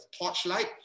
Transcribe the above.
torchlight